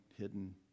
hidden